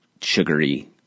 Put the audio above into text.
sugary